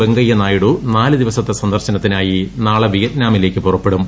വെങ്കയ്യ നായിഡു നാല് ദിവസത്തെ സന്ദർശന ത്തിനായി നാളെ വിയറ്റ്നാമിലേക്ക് പുറപ്പെടും